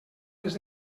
les